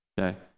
Okay